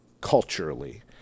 culturally